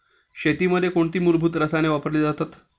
शेतीमध्ये कोणती मूलभूत रसायने वापरली जातात?